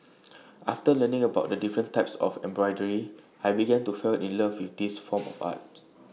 after learning about the different types of embroidery I began to fall in love with this form of art